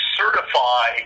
certify